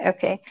Okay